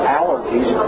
allergies